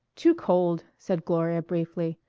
too cold, said gloria briefly.